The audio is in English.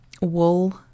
Wool